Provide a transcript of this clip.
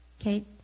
Okay